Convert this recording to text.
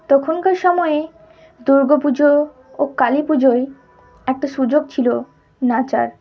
তখনকার সময়ে দুর্গা পুজো ও কালী পুজোয় একটা সুযোগ ছিলো নাচার